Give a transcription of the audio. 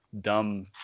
dumb